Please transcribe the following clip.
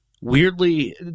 weirdly